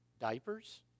diapers